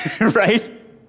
right